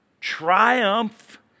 triumph